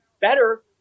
better